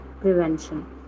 prevention